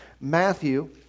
Matthew